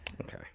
Okay